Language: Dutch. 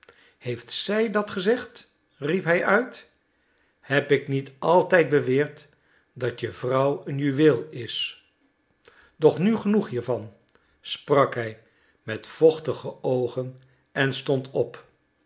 heeft zij dat gezegd riep hij uit heb ik niet altijd beweerd dat je vrouw een juweel is doch nu genoeg hiervan sprak hij met vochtige oogen en stond op